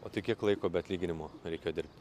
o tai kiek laiko be atlyginimo reikėjo dirbti